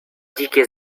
dzikie